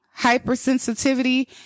hypersensitivity